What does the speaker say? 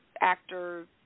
actor